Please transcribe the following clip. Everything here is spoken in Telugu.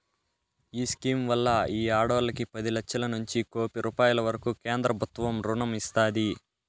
ఈ స్కీమ్ వల్ల ఈ ఆడోల్లకి పది లచ్చలనుంచి కోపి రూపాయిల వరకూ కేంద్రబుత్వం రుణం ఇస్తాది